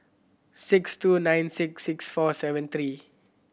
six two nine six six four seven three